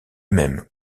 même